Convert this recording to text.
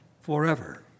forever